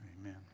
Amen